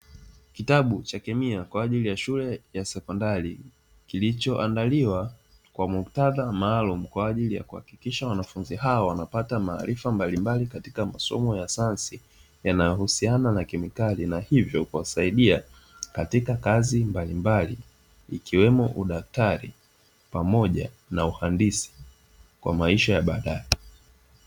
Kitabu cha kemia kwa ajili ya shule ya sekondari, kilichoandaliwa kwa muktadha maalum kwa ajili ya kuhakikisha wanafunzi hao wanapata maarifa mbalimbali katika masomo ya sayansi, yanayohusiana na kemikali na hivyo kuwasaidia katika kazi mbalimbali ikiwemo, udaktari pamoja na uhandisi kwa maisha ya baadae.